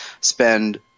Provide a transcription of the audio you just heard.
spend